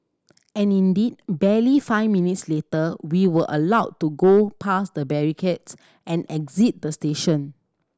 and indeed barely five minutes later we were allowed to go past the barricades and exit the station